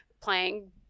playing